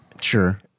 Sure